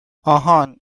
آهان